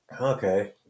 Okay